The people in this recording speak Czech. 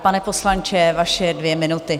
Pane poslanče, vaše dvě minuty.